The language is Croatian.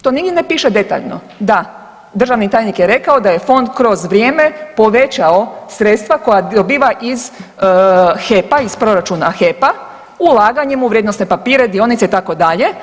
To nigdje ne piše detaljno, da državni tajnik je rekao da je fond kroz vrijeme povećao sredstva koja dobiva iz HEP-a, proračuna HEP-a ulaganjem u vrijednosne papire, dionice itd.